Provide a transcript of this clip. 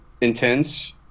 intense